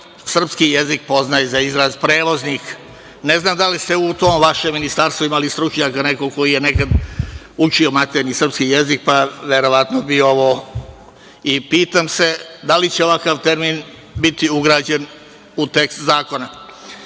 srpski jezik poznaje za izraz – prevoznik. Ne znam da li ste u tom vašem Ministarstvu imali stručnjaka, nekoga ko je nekad učio maternji srpski jezik, pa verovatno i ovo, pa se pitam, da li će ovakav termin biti ugrađen u tekst zakona.U